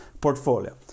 portfolio